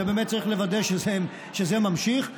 באמת צריך לוודא שזה נמשך,